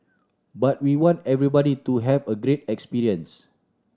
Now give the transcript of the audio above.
but we want everybody to have a great experience